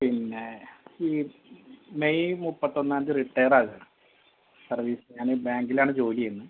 പിന്നെ ഈ മെയ് മുപ്പത്തൊന്നാം തിയതി റിട്ടയറാക സർവീസ് ഞാനെ ബാങ്കിലാണ് ജോലി ചെയ്യുന്നത്